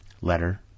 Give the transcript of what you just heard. Letter